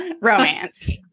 romance